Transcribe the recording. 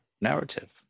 narrative